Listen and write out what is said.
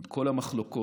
עם כל המחלוקות